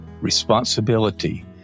responsibility